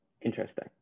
Interesting